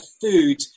food